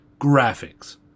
Graphics